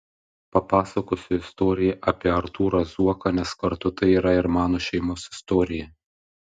papasakosiu istoriją apie artūrą zuoką nes kartu tai yra ir mano šeimos istorija